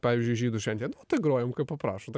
pavyzdžiui žydų šventėj nu tai grojam kaip paprašo taip